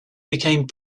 became